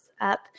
up